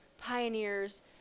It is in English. pioneers